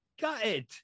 gutted